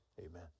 Amen